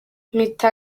mpita